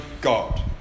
God